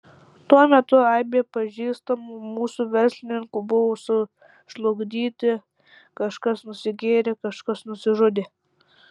tuo metu aibė pažįstamų mūsų verslininkų buvo sužlugdyti kažkas nusigėrė kažkas nusižudė